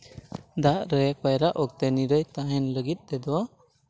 ᱫᱟᱜ ᱨᱮ ᱯᱟᱭᱨᱟᱜ ᱚᱠᱛᱮ ᱱᱤᱨᱟᱹᱭ ᱛᱟᱦᱮᱱ ᱞᱟᱹᱜᱤᱫ ᱛᱮᱫᱚ